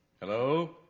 Hello